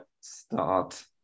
start